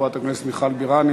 חברת הכנסת מיכל בירן,